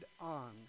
on